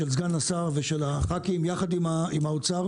של סגן השר ושל הח"כים יחד עם האוצר,